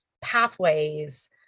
pathways